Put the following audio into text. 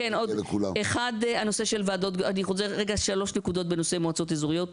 שלוש נקודות בנושא מועצות אזוריות: